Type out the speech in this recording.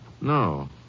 No